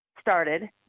started